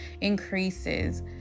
increases